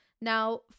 Now